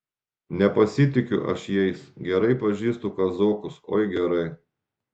nepasitikiu aš jais gerai pažįstu kazokus oi gerai